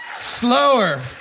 Slower